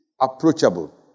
approachable